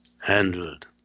handled